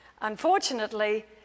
Unfortunately